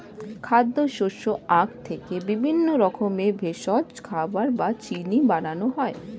খাদ্য, শস্য, আখ থেকে বিভিন্ন রকমের ভেষজ, খাবার বা চিনি বানানো হয়